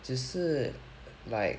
只是 like